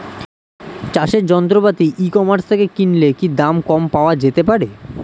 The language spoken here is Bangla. চাষের যন্ত্রপাতি ই কমার্স থেকে কিনলে কি দাম কম পাওয়া যেতে পারে?